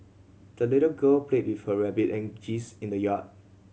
the little girl played with her rabbit and geese in the yard